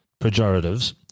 pejoratives